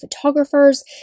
photographers